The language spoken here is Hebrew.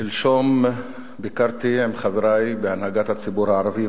שלשום ביקרתי עם חברי בהנהגת הציבור הערבי,